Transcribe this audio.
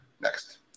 Next